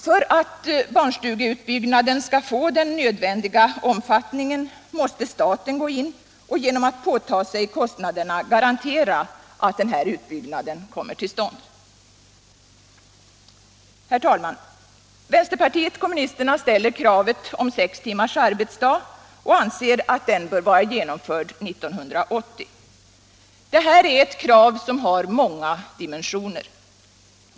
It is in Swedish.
För att barnstugeutbyggnaden skall få den nödvändiga omfattningen måste staten gå in och genom att påta sig kostnaderna garantera att ut Allmänpolitisk debatt Allmänpolitisk debatt byggnaden kommer till stånd. Herr talman! Vänsterpartiet kommunisterna ställer ett krav på sex timmars arbetsdag och anser att den reformen bör vara genomförd 1980. Det här är ett krav som har många dimensioner.